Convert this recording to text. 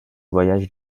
voyages